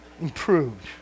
improved